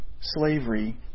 slavery